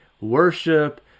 worship